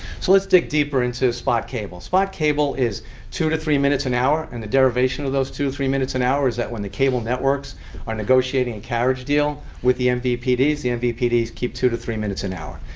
so let's dig deeper into spot cable. spot cable is two to three minutes an hour and the derivation of those two to three minutes an hour is that when the cable networks are negotiating a carriage deal with the mvpds, the and the mvpds keep two to three minutes an hour.